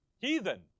Heathen